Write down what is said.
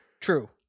true